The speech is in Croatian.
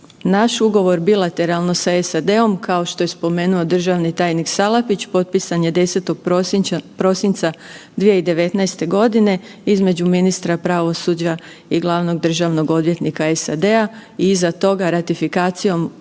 Naš ugovor bilateralno sa SAD-om kao što je spomenuo državni tajnik Salapić potpisan je 10. prosinca 2019. godine između ministra pravosuđa i glavnog državnog odvjetnika SAD-a i iza toga ratifikacijom